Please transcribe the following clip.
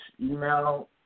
email